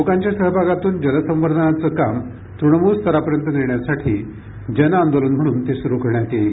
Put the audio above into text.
लोकांच्या सहभागातून जल संवर्धनाचं काम तृणमूल स्तरापर्यंत नेण्यासाठी जन आंदोलन म्हणून ती सुरू करण्यात येईल